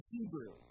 Hebrew